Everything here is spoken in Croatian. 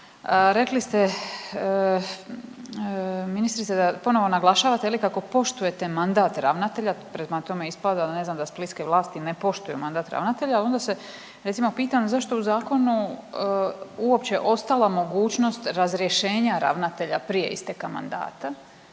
Rekli ste ministrice da ponovno naglašavate je li kako poštujete mandat ravnatelja, prema tome ispada da ne znam da splitske vlasti ne poštuju mandat ravnatelja, a onda se recimo pitam zašto je u zakonu uopće ostala mogućnost razrješenja ravnatelja prije isteka mandat,